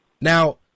Now